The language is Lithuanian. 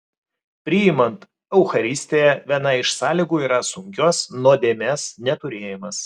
priimant eucharistiją viena iš sąlygų yra sunkios nuodėmės neturėjimas